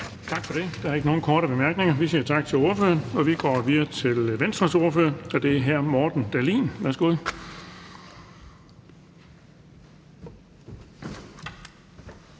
Tak for det. Der er ikke nogen korte bemærkninger. Vi siger tak til ordføreren. Vi går videre til Venstres ordfører, og det er hr. Morten Dahlin. Værsgo.